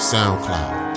SoundCloud